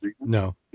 No